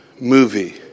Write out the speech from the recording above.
movie